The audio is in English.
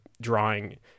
drawing